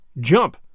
Jump